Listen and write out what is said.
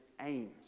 aims